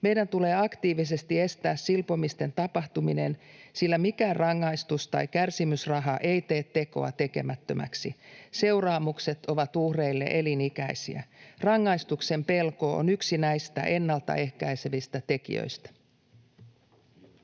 Meidän tulee aktiivisesti estää silpomisten tapahtuminen, sillä mikään rangaistus tai kärsimysraha ei tee tekoa tekemättömäksi. Seuraamukset ovat uhreille elinikäisiä. Rangaistuksen pelko on yksi näistä ennalta ehkäisevistä tekijöistä.